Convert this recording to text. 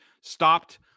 stopped